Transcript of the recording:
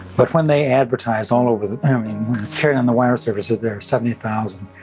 but when they advertised all over the i mean, it was carried on the wire service that there are seventy thousand.